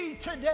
today